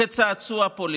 כצעצוע פוליטי.